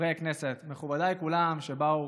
חברי הכנסת, מכובדיי כולם שבאו